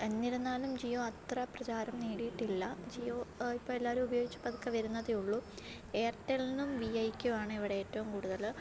എന്നിരുന്നാലും ജിയോ അത്ര പ്രചാരം നേടിയിട്ടില്ല ജിയോ ഇപ്പോൾ എല്ലാവരും ഉപയോഗിച്ചു പതുക്കെ വരുന്നതേ ഉള്ളൂ ഏയർട്ടല്ലിനും വിഐക്കും ആണ് ഇവിടെ ഏറ്റവും കൂടുതൽ